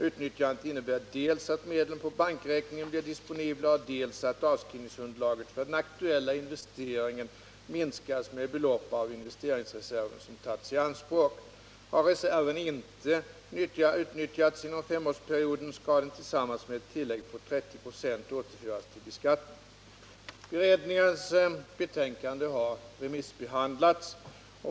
Utnyttjandet innebär dels att medlen på bankräkningen blir disponibla, dels att avskrivningsunderlaget för den aktuella investeringen minskas med det belopp av investeringsreserven som tagits i anspråk. Har reserven inte utnyttjats inom femårsperioden skall den tillsammans med ett tillägg på 30 26 återföras till beskattning. Beredningens betänkande har remissbehandlats.